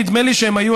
נדמה לי שהם היו,